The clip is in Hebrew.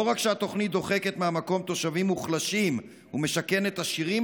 לא רק שהתוכנית דוחקת מהמקום תושבים מוחלשים ומשכנת עשירים,